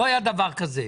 לא היה דבר כזה.